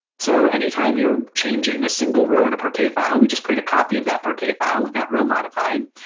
so anytime you're changing a single row in a parquet file, we just create a copy of that parquet file with that row modified.